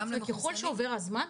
ככל שעובר הזמן,